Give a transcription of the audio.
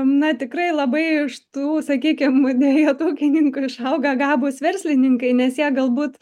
na tikrai labai iš tų sakykim dvejetukininkų išauga gabūs verslininkai nes jie galbūt